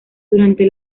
durante